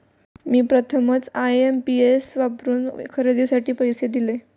मी प्रथमच आय.एम.पी.एस वापरून खरेदीसाठी पैसे दिले